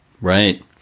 Right